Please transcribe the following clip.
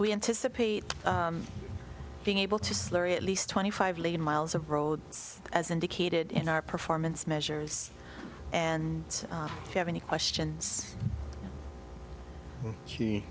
we anticipate being able to slurry at least twenty five miles of roads as indicated in our performance measures and if you have any questions he